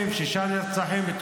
שם לב?